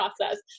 process